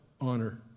honor